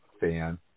fan